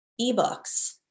eBooks